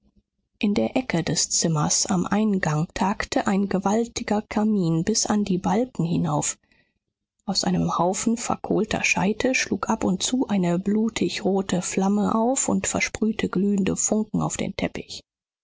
in der ecke des zimmers am eingang ragte ein gewaltiger kamin bis an die balken hinauf aus einem haufen verkohlter scheite schlug ab und zu eine blutigrote flamme auf und versprühte glühende funken auf den teppich